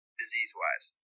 disease-wise